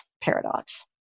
paradox